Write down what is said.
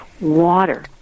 water